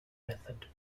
method